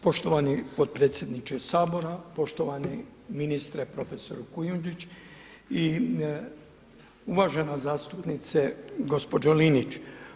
Poštovani potpredsjedniče Sabora, poštovani ministre profesore Kujundžić, uvažena zastupnice gospođo Linić.